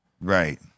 right